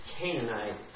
Canaanite